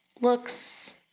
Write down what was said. looks